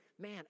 man